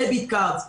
דביט-קארדס,